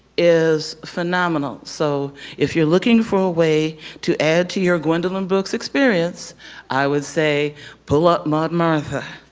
is phenomenal. so if you're looking for a way to add to your gwendolyn brooks experience i would say pull up maud martha.